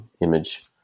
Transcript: image